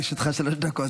לרשותך שלוש דקות.